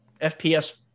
fps